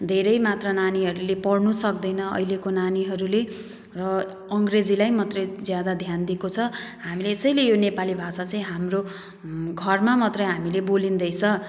धेरै मात्रा नानीहरूले पढ्नुसक्दैन अहिलेको नानीहरूले र अङ्ग्रेजीलाई मात्रै ज्यादा ध्यान दिएको छ हामीले यसैले यो नेपाली भाषा चाहिँ हाम्रो घरमा मात्रै हामीले बोलिँदैछ